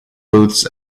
booths